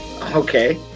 Okay